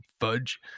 fudge